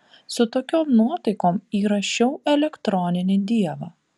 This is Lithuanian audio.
su tokiom nuotaikom įrašiau elektroninį dievą